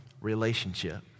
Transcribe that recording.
relationship